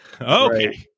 Okay